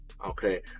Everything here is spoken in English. Okay